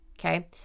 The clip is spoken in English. okay